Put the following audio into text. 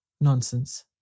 Nonsense